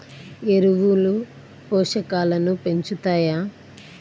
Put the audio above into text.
ఎరువులు పోషకాలను పెంచుతాయా?